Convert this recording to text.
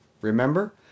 Remember